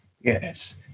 Yes